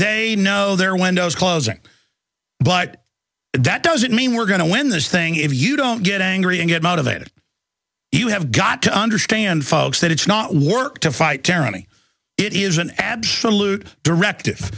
they know they're windows closing but that doesn't mean we're going to win this thing if you don't get angry and get motivated you have got to understand folks that it's not work to fight terror it is an absolute directive